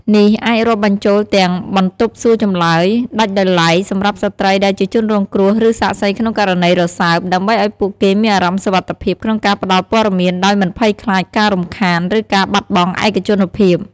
នេះអាចរាប់បញ្ចូលទាំង បន្ទប់សួរចម្លើយដាច់ដោយឡែកសម្រាប់ស្ត្រីដែលជាជនរងគ្រោះ ឬសាក្សីក្នុងករណីរសើប ដើម្បីឱ្យពួកគេមានអារម្មណ៍សុវត្ថិភាពក្នុងការផ្តល់ព័ត៌មានដោយមិនភ័យខ្លាចការរំខាន ឬការបាត់បង់ឯកជនភាព។